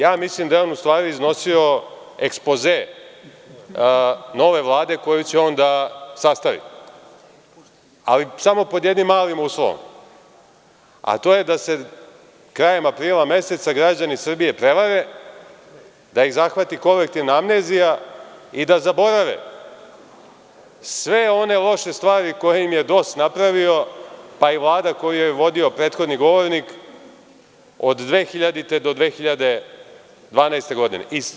Ja mislim da je on u stvari iznosio ekspoze nove vlade koju će on da sastavi, ali samo pod jednim malim uslovom, a to je da se krajem aprila meseca građani Srbije prevare, da ih zahvati kolektivna amnezija i da zaborave sve one loše stvari koje im je DOS napravio, pa i Vlada koju je vodio prethodni govornik od 2000. do 2012. godine.